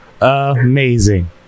amazing